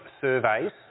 surveys